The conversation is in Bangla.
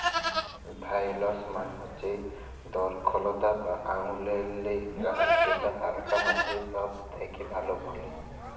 ভাইলস মালে হচ্যে দরখলতা বা আঙুরেল্লে গাহাচ যেট হালকা মাটিতে ছব থ্যাকে ভালো ফলে